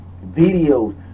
Videos